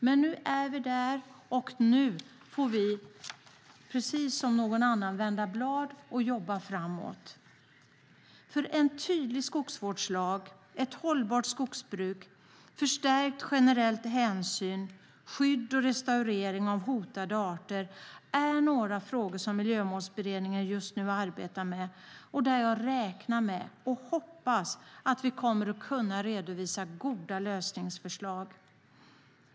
Men nu är vi där, och nu får vi precis som någon annan vända blad och jobba framåt. En tydlig skogsvårdslag, ett hållbart skogsbruk, förstärkt generell hänsyn, skydd och restaurering av hotade arter är några av frågorna som Miljömålsberedningen arbetar med, och jag räknar med och hoppas att vi kommer att kunna redovisa goda lösningsförslag.